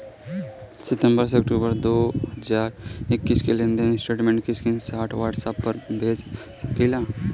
सितंबर से अक्टूबर दो हज़ार इक्कीस के लेनदेन स्टेटमेंट के स्क्रीनशाट व्हाट्सएप पर भेज सकीला?